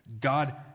God